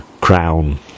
crown